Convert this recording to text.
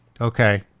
Okay